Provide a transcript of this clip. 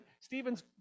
Stephen's